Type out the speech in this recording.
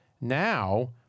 now